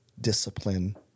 discipline